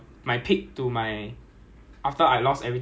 ya cause S_C_S still can control cause exercise a lot a lot a lot